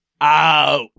Out